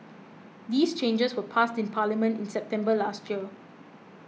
these changes were passed in Parliament in September last year